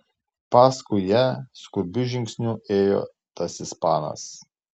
paskui ją skubiu žingsniu ėjo tas ispanas